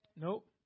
Nope